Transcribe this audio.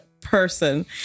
person